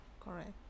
correct